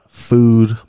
food